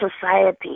Society